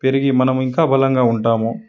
పెరిగి మనము ఇంకా బలంగా ఉంటాము